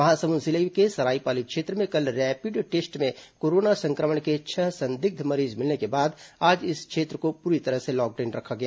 महासमुंद जिले के सरायपाली क्षेत्र में कल रैपिड टेस्ट में कोरोना संक्रमण के छह संदिग्ध मरीज मिलने के बाद आज इस क्षेत्र को पूरी तरह से लॉकडाउन रखा गया